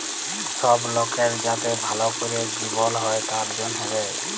সব লকের যাতে ভাল ক্যরে জিবল হ্যয় তার জনহে দেয়